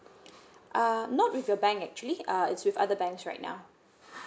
um not with your bank actually uh is with other banks right now